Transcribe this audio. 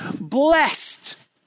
blessed